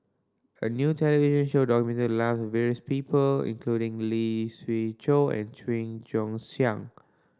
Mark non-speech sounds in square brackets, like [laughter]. a new television show documented the lives of various people including Lee Siew Choh and [unintelligible] Joon Siang